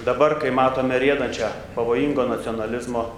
dabar kai matome riedančią pavojingo nacionalizmo